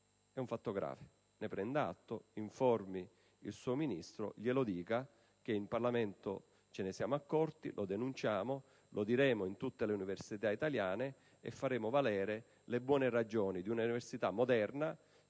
È un fatto grave. Ne prenda atto. Informi il suo Ministro; le dica che in Parlamento ce ne siamo accorti, lo denunciamo, lo diremo in tutte le università italiane e faremo valere le buone ragioni di una università moderna,